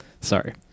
sorry